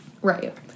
Right